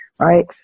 right